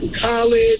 college